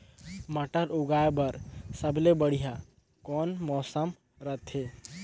मटर उगाय बर सबले बढ़िया कौन मौसम रथे?